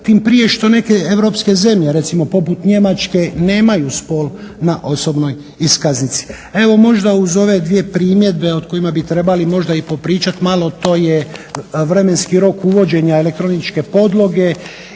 tim prije što neke europske zemlje recimo poput Njemačke nemaju spol na osobnoj iskaznici. Evo možda uz ove dvije primjedbe o kojima bi trebali možda i popričati malo to je vremenski rok uvođenja elektroničke podloge